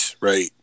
right